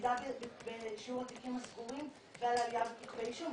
על ירידה באישור התיקים הסגורים ועלייה בכתבי אישום.